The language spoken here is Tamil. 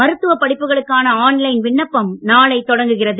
மருத்துவப் படிப்புகளுக்கான ஆன் லைன் விண்ணப்பம் நாளை தொடங்குகிறது